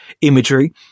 imagery